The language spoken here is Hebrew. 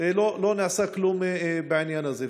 לא נעשה כלום בעניין הזה,